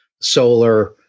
solar